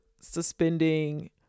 suspending